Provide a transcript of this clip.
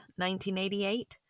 1988